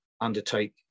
undertake